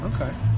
Okay